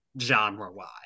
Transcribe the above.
genre-wise